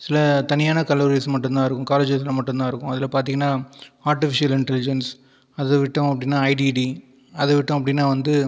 சில தனியான கல்லூரில மட்டும்தான் இருக்கும் காலேஜஸில் மட்டும்தான் இருக்கும் அதில் பார்த்தீங்கன்னா ஆர்டிபிசியல் இன்டெலிஜென்ஸ் அதை விட்டோம் அப்படின்னா ஐடிடி அதை விட்டோம் அப்படின்னா வந்து